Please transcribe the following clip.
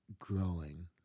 growing